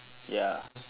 ya